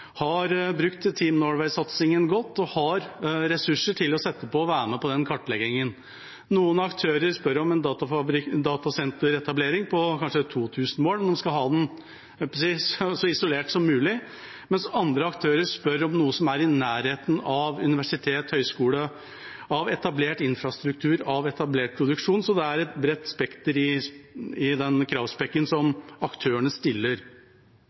har brukt Team Norway-satsingen godt og har ressurser å sette inn og kan være med på den kartleggingen. Noen aktører spør om en datasenteretablering på kanskje 2 000 mål, man skal ha det så isolert som mulig, mens andre aktører spør om noe som er i nærheten av universitet eller høyskole, av etablert infrastruktur, av etablert produksjon, så det er et bredt spekter i den kravspekken som aktørene stiller.